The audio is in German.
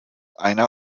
einer